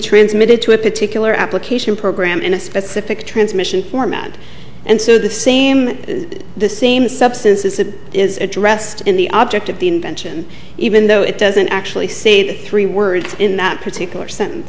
transmitted to a particular application program in a specific transmission format and so the same the same substance as it is addressed in the object of the invention even though it doesn't actually say three words in that particular sentence